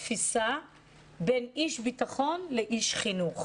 זה בדיוק השוני בתפיסה בין איש ביטחון לבין איש חינוך.